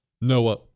Noah